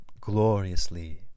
gloriously